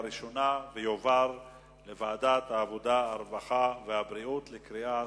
2009, לוועדת העבודה, הרווחה והבריאות נתקבלה.